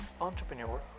Entrepreneur